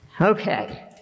Okay